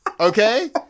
Okay